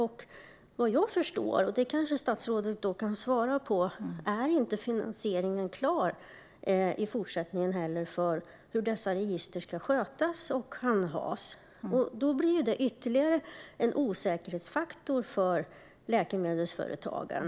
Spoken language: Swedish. Såvitt jag förstår - statsrådet kanske kan berätta mer om detta - är finansieringen inte klar när det gäller hur dessa register ska handhas i fortsättningen. Det blir ju ytterligare en osäkerhetsfaktor för läkemedelsföretagen.